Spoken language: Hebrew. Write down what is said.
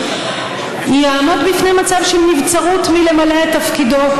יעמוד בפני מצב של נבצרות למלא את תפקידו.